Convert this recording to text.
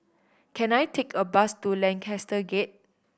can I take a bus to Lancaster Gate